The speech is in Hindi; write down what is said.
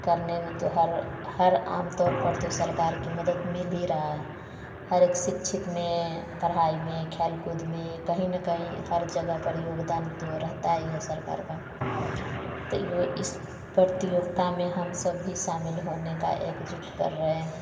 करने में हर हर आमतौर पर तो सरकार की मदद मिल ही रहा हर एक शिक्षित में पढ़ाई में खेल कूद में कहीं न कहीं हर जगह पर योगदान तो रहता ही है सरकार का तो यो इस प्रतियोगिता में हम सब भी शामिल होने का एक जुट कर रहे हैं